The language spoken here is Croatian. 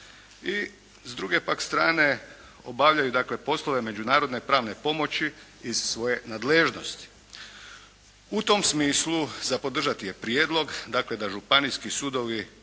i s druge pak strane obavljaju poslove međunarodne pravne pomoći iz svoje nadležnosti. U tom smislu za podržati je prijedlog, dakle da županijski sudovi